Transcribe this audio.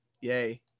Yay